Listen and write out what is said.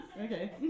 Okay